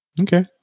Okay